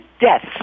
deaths